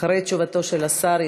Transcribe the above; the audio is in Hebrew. אחרי תשובתו של השר,